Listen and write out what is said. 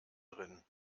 drin